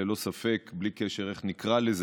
ללא ספק, בלי קשר לאיך שנקרא לזה,